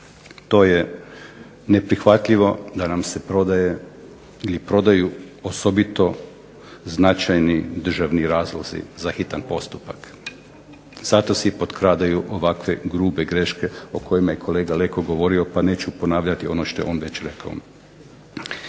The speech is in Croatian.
To je neprihvatljivo, da nam se prodaju osobito značajni državni razlozi da hitan postupak, zato se i potkradaju ovako grube greške o kojima je kolega Leko govorio pa neću ponavljati ono što je već rekao.